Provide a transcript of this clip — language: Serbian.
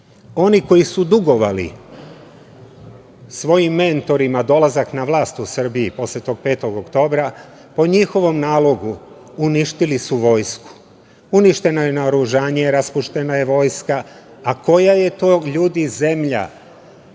Oni koji su dugovali svojim mentorima dolazak na vlast u Srbiji posle tog 5. oktobra, po njihovom nalogu uništili su vojsku. Uništeno je naoružanje, raspuštena vojska. Koja je to, ljudi, zemlja